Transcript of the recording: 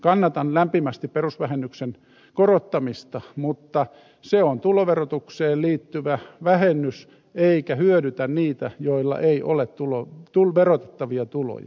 kannatan lämpimästi perusvähennyksen korottamista mutta se on tuloverotukseen liittyvä vähennys eikä hyödytä niitä joilla ei ole verotettavia tuloja